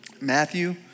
Matthew